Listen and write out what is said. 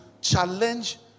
challenge